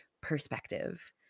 perspective